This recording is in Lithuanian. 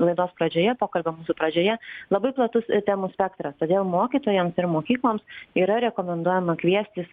laidos pradžioje pokalbio pradžioje labai platus temų spektras todėl mokytojams ir mokykloms yra rekomenduojama kviestis